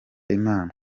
imana